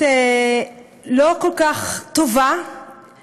לא כלכלית וגם לא